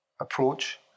approach